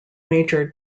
major